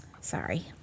Sorry